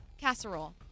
Casserole